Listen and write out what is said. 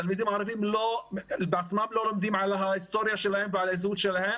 התלמידים הערבים בעצמם לא לומדים על ההיסטוריה שלהם ועל הזהות שלהם,